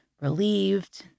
relieved